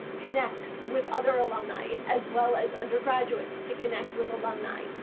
connect with other alumni as well as undergraduates to connect with alumni.